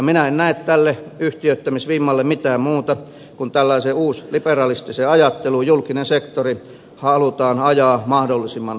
minä en näe tälle yhtiöittämisvimmalle mitään muuta syytä kuin tällaisen uusliberalistisen ajattelun että julkinen sektori halutaan ajaa mahdollisimman ahtaalle